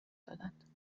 دادند